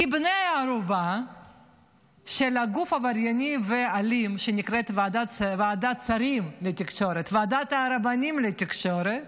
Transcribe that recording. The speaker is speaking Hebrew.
כבני ערובה של גוף עברייני ואלים שנקרא ועדת רבנים לתקשורת,